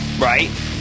Right